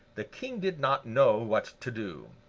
the king did not know what to do.